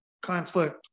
conflict